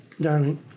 Darling